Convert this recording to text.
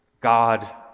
God